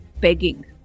begging